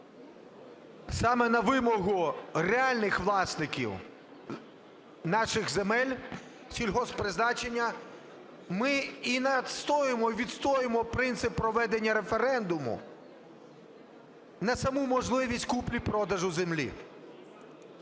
Саме на вимогу реальних власників наших земель сільгосппризначення ми і настоюємо, відстоюємо принцип проведення референдуму на саму можливість купівлі-продажу землі.